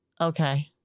Okay